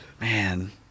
man